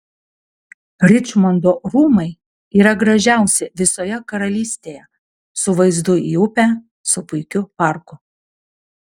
ričmondo rūmai yra gražiausi visoje karalystėje su vaizdu į upę su puikiu parku